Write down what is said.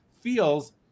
feels